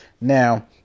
Now